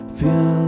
feel